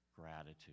gratitude